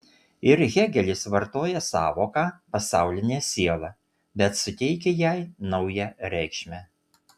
ir hėgelis vartoja sąvoką pasaulinė siela bet suteikia jai naują reikšmę